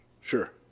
Sure